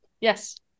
Yes